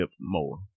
more